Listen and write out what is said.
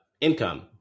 income